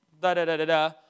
da-da-da-da-da